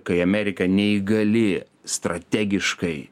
kai amerika neįgali strategiškai